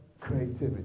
creativity